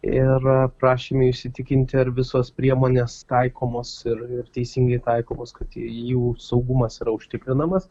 ir prašėm jų įsitikinti ar visos priemonės taikomos ir ir teisingai taikomos kad jų saugumas yra užtikrinamas